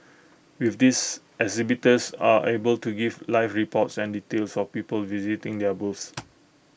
with this exhibitors are able to give live reports and details of people visiting their booths